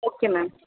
okay ma'am